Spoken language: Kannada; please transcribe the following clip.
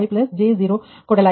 05j0 ಕೊಡಲಾಗಿದೆ